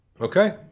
Okay